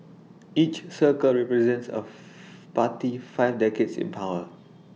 each circle represents of party's five decades in power